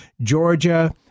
georgia